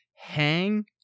Hang